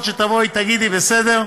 שתבואי ותגידי: בסדר,